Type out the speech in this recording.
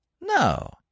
No